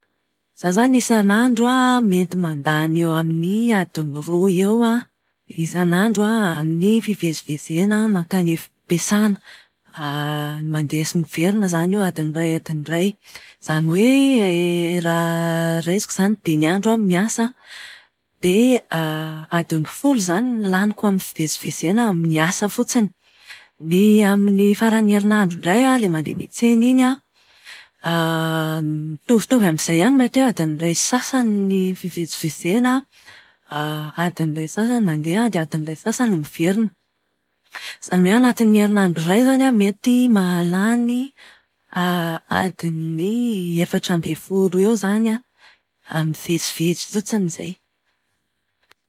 Izaho izany isanandro an, mety mandany eo amin'ny adiny roa eo an, isanandro amin'ny fivezivezena mankany am-piasàna. Mandeha sy miverina io adiny iray adiny iray. Izany hoe, raha raisiko izany dimy andro aho no miasa an, dia adiny folo izany no laniko amin'ny fivezivezena amin'ny asa fotsiny. Ny amin'ny faran'ny erinandro indray an, ilay mandeha miantsena iny an, mitovitovy amin'izay ihany mety ho adin'ny iray sy sasany ny fivezivezena adiny iray sy sasany mandeha dia adiny iray sy sasany ny miverina. Izany hoe anatin'ny herinandro iray izany an, mety mahalany aduny efatra ambin'ny folo eo izany an amin'ny mivezivezy fotsiny izay.